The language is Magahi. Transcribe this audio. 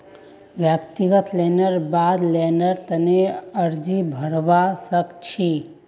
व्यक्तिगत लोनेर बाद लोनेर तने अर्जी भरवा सख छि